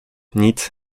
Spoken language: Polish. nic